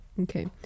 okay